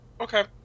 okay